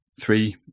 three